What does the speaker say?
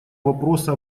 вопроса